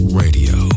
radio